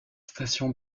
station